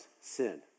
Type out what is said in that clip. sin